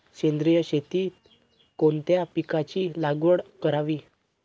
सेंद्रिय शेतीत कोणत्या पिकाची लागवड करावी?